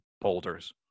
boulders